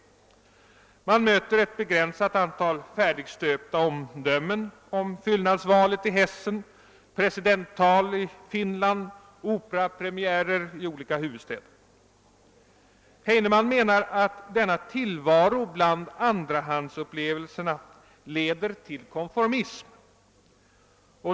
Man möter ett begränsat antal färdigstöpta omdömen om fyllnadsvalet i Hessen, presidenttal i Finland, operapremiärer i olika huvudstäder. Heineman menar att denna tillvaro bland andrahandsupplevelserna leder till konformism.